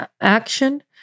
action